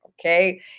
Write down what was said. Okay